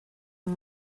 amb